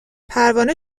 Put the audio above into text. پروانه